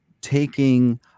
taking